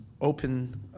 open